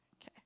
okay